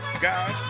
God